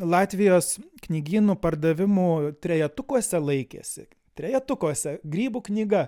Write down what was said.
latvijos knygynų pardavimų trejetukuose laikėsi trejetukuose grybų knyga